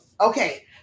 okay